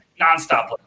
nonstop